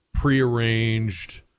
prearranged